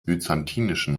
byzantinischen